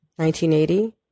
1980